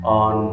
on